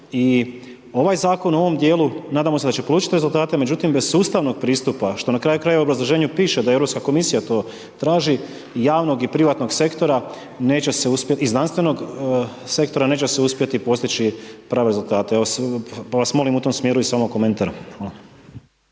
I ovaj zakon u ovom djelu nadamo se da će polučiti rezultate međutim bez sustavnog pristupa što na kraju krajeva i u obrazloženju piše da Europska komisija to traži, javnog i privatnog sektora i znanstvenog sektora, neće se uspjeti postići pravi rezultati, pa vas molim u tom smjeru i samo komentar.